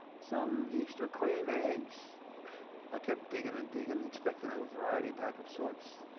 some easter creme eggs i kept digging and digging, expecting a variety pack of sorts.